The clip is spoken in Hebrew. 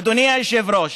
אדוני היושב-ראש,